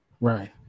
Right